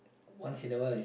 once in awhile it's